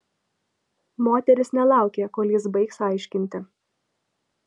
moteris nelaukė kol jis baigs aiškinti